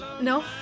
No